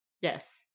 yes